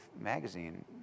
magazine